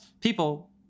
people